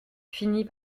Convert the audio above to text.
finit